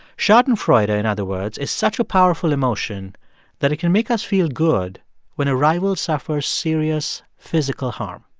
schadenfreude, ah in other words, is such a powerful emotion that it can make us feel good when a rival suffers serious physical harm.